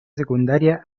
secundaria